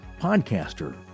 podcaster